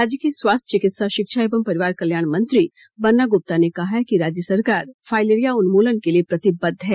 राज्य के स्वास्थ्य चिकित्सा शिक्षा एवं परिवार कल्याण मंत्री बन्ना गुप्ता ने कहा कि राज्य सरकार फाइलेरिया उन्मूलन के लिए प्रतिबद्व है